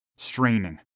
straining